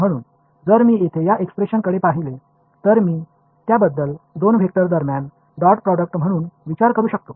म्हणून जर मी येथे या एक्सप्रेशनकडे पाहिले तर मी त्याबद्दल दोन वेक्टर दरम्यान डॉट प्रोडक्ट म्हणून विचार करू शकतो